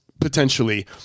potentially